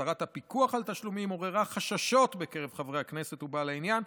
הסרת הפיקוח על תשלומים עוררה חששות בקרב חברי כנסת ובעלי עניין,